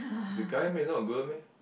is a guy meh not a girl meh